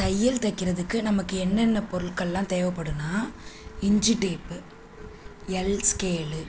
தையல் தைக்கிறதுக்கு நமக்கு என்னென்ன பொருட்கள்லாம் தேவைப்படுன்னா இன்ஜி டேப்பு எல் ஸ்கேல்லு